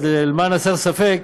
אז למען הסר ספק